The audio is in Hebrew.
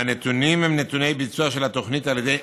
הנתונים הם נתוני ביצוע של התוכנית על ידי,